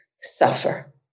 suffer